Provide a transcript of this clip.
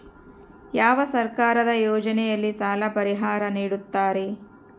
ಯಾವ ಸರ್ಕಾರದ ಯೋಜನೆಯಲ್ಲಿ ಸಾಲ ಪರಿಹಾರ ನೇಡುತ್ತಾರೆ?